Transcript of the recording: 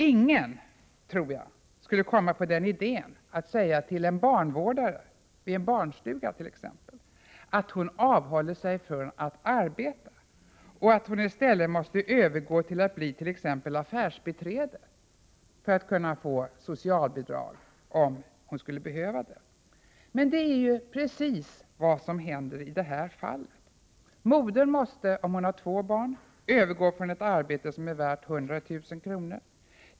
Ingen, tror jag, skulle komma på idén att säga till en barnvårdare vid en barnstuga att hon avhåller sig från att arbeta och att hon i stället måste övergå till att bli t.ex. affärsbiträde för att kunna få socialbidrag, om hon skulle behöva det. Men det är precis vad som händer i detta fall. Modern måste, om hon har två barn, övergå från ett arbete som är värt 100 000 kr.